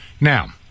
Now